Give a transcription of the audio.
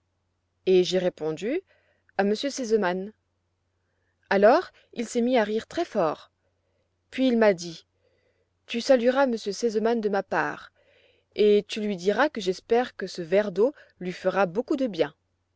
et j'ai répondu a m r sesemann alors il s'est mis à rire très fort puis il m'a dit tu salueras m r sesemann de ma part et du lui diras que j'espère que ce verre d'eau lui fera beaucoup de bien